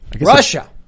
Russia